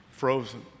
frozen